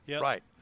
Right